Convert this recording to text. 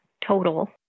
total